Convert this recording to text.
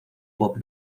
pop